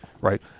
Right